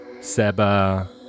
Seba